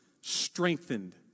strengthened